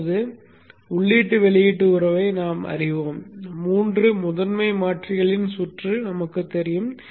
இப்போது உள்ளீட்டு வெளியீட்டு உறவை நாம் அறிவோம் மூன்று முதன்மை மாற்றிகளின் சுற்று நமக்குத் தெரியும்